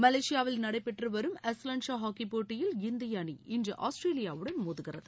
மலேசியாவில் நடைபெற்று வரும் அஸ்லான் ஷா ஹாக்கிப் போட்டியில் இந்திய அணி இன்று ஆஸ்திரேலியாவுடன் மோதுகிறது